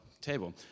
table